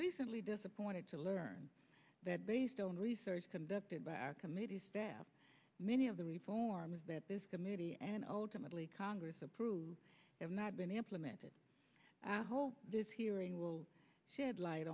recently disappointed to learn that based on research conducted by our committee staff many of the repo norma's that this committee and ultimately congress approved have not been implemented i hope this hearing will shed li